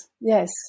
Yes